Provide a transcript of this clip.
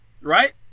right